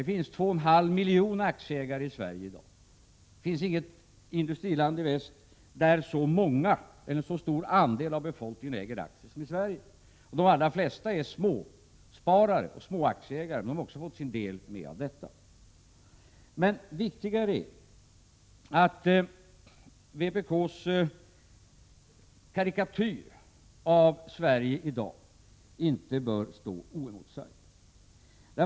Det finns två och en halv miljon aktieägare i Sverige i dag. Det finns inget industriland i väst där en så stor andel av befolkningen äger aktier som i Sverige. De allra flesta är småsparare och ägare av små aktieposter. De har också fått sin del av detta. Viktigare är att vpk:s karikatyr av Sverige i dag inte bör stå oemotsagd.